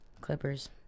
Clippers